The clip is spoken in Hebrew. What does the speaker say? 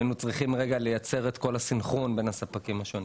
היינו צריכים לייצר את הסנכרון בין הספקים השונים.